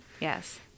Yes